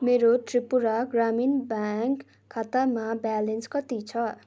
मेरो त्रिपुरा ग्रामीण ब्याङ्क खातामा ब्यालेन्स कति छ